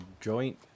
joint